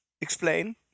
Explain